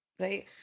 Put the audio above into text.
right